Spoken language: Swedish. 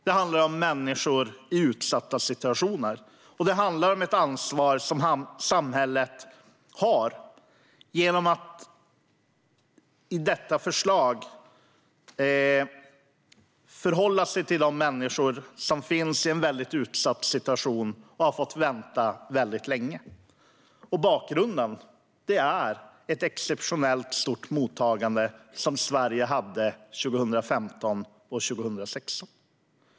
Det handlar om människor i utsatta situationer, och det handlar om ett ansvar som samhället har. Genom detta förslag kan vi förhålla oss till människor som befinner sig i en utsatt situation och som har fått vänta väldigt länge. Bakgrunden är det exceptionellt stora mottagande som Sverige hade 2015 och 2016.